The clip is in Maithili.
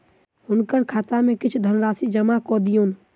हुनकर खाता में किछ धनराशि जमा कय दियौन